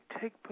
take